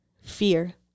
fear